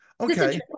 Okay